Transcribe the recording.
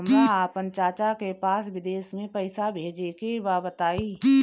हमरा आपन चाचा के पास विदेश में पइसा भेजे के बा बताई